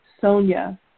Sonia